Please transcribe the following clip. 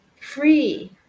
free